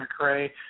McRae